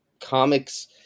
comics